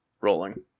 rolling